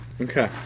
Okay